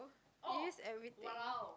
you use everything